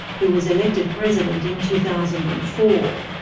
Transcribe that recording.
who was elected president in two thousand and four.